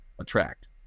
attract